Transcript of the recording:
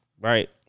Right